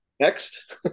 Next